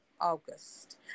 August